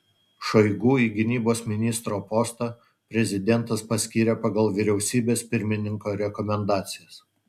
šoigu į gynybos ministro postą prezidentas paskyrė pagal vyriausybės pirmininko rekomendacijas